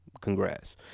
congrats